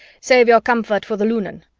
save your comfort for the lunan,